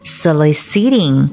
soliciting